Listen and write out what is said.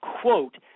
quote